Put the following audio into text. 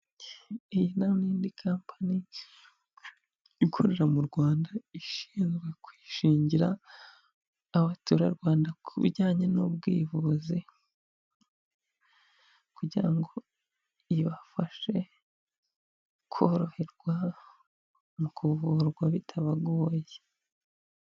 Iyi ngiyi ni imirimo y'amaboko y'ubudozi aha ngaha bakudodera ibikapu byiza gakondo Kinyarwanda wabasha kuba wahaha ukakajyana ahantu hatandukanye guhahiramo ndetse n'utundi tuntu twinshi.